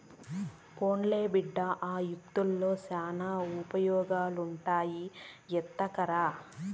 పోన్లే బిడ్డా, ఆ యాకుల్తో శానా ఉపయోగాలుండాయి ఎత్తకరా